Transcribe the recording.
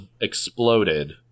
exploded